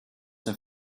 dem